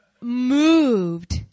moved